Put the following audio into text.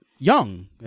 young